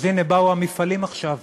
אז הנה באו המפעלים עכשיו.